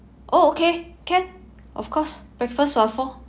okay can of course breakfast for four